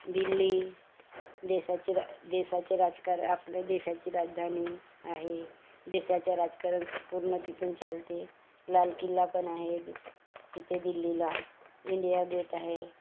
दिल्ली देशाचे राज देशाचे राजकार आपल्या देशाची राजधानी आहे देशाच्या राजकारण पूर्ण तिथून चालते लाल किल्ला पण आहे तिथे दिल्लीला इंडिया गेट आहे